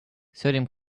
sodium